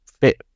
fit